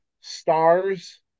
stars